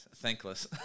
Thankless